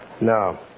No